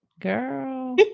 Girl